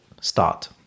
start